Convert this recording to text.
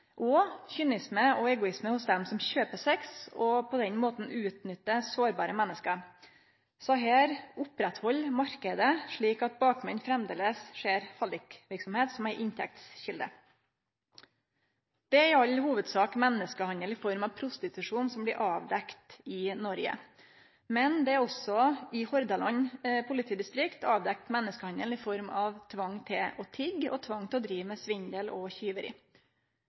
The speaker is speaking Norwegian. og kynisme og egoisme hos dei som kjøper sex og på den måten utnyttar sårbare menneske. Desse opprettheld marknaden slik at bakmenn framleis ser hallikverksemd som ei inntektskjelde. Det er i all hovudsak menneskehandel i form av prostitusjon som blir avdekt i Noreg. Men det er også i Hordaland politidistrikt avdekt menneskehandel i form av tvang til å tigge og tvang til å drive med svindel og